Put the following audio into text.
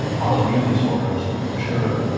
autoimmune disorders, for sure.